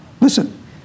listen